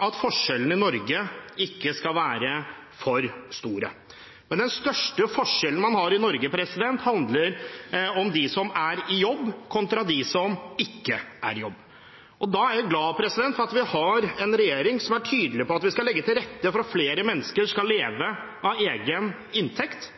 at forskjellene i Norge ikke skal være for store. Men den største forskjellen man har i Norge, handler om dem som er i jobb, kontra dem som ikke er i jobb. Da er jeg glad for at vi har en regjering som er tydelig på at vi skal legge til rette for at flere mennesker skal leve av egen inntekt,